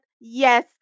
yes